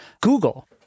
Google